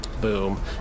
boom